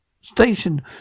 Station